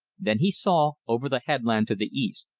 then he saw, over the headland to the east,